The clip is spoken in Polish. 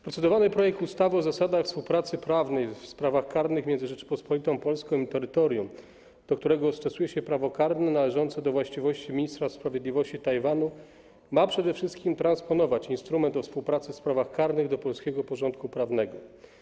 Procedowany projekt ustawy o zasadach współpracy prawnej w sprawach karnych między Rzecząpospolitą Polską i terytorium, do którego stosuje się prawo karne należące do właściwości Ministra Sprawiedliwości Tajwanu, ma przede wszystkim transponować instrument o współpracy w sprawach karnych do polskiego porządku prawnego.